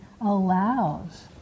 allows